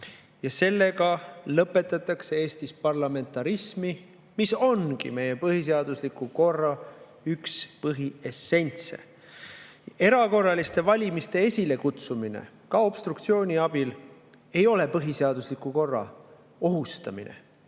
Sellega lõpetatakse Eestis parlamentarismi, mis ongi meie põhiseadusliku korra üks põhiessentse. Erakorraliste valimiste esilekutsumine ka obstruktsiooni abil ei ole põhiseadusliku korra ohustamine.